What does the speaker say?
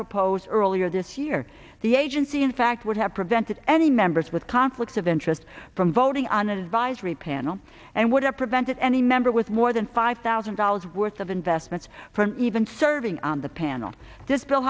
proposed earlier this year the agency in fact would have prevented any members with conflicts of interest from voting on an advisory panel and would have prevented any member with more than five thousand dollars worth of investments from even serving on the panel this bill